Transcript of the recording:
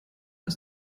ist